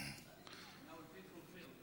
ההצעה להעביר את